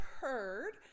heard